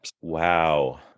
Wow